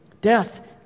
Death